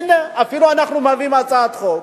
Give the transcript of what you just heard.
הנה, אפילו אנחנו מביאים הצעת חוק,